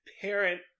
Parent